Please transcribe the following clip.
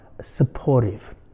supportive